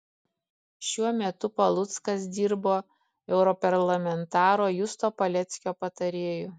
šiuo metu paluckas dirbo europarlamentaro justo paleckio patarėju